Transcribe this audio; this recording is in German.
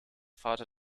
vater